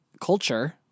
culture